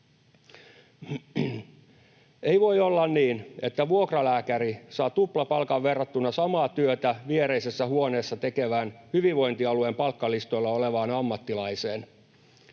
Ei voi olla niin, että vuokralääkäri saa tuplapalkan verrattuna samaa työtä viereisessä huoneessa tekevään hyvinvointialueen palkkalistoilla olevaan ammattilaiseen.